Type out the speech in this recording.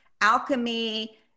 alchemy